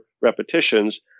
repetitions